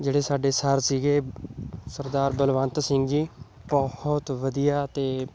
ਜਿਹੜੇ ਸਾਡੇ ਸਰ ਸੀਗੇ ਸਰਦਾਰ ਬਲਵੰਤ ਸਿੰਘ ਜੀ ਬਹੁਤ ਵਧੀਆ ਅਤੇ